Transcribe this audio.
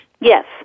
Yes